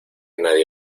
nadie